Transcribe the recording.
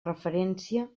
referència